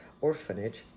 orphanage